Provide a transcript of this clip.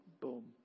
boom